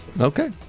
okay